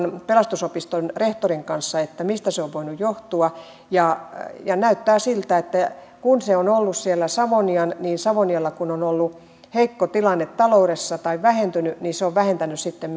pelastusopiston rehtorin kanssa että mistä se on voinut johtua ja ja näyttää siltä että kun se on ollut siellä savonialla niin savonialla kun on ollut heikko tilanne taloudessa tai vähentynyt niin se on vähentänyt sitten